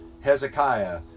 Hezekiah